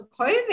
COVID